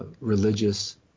religious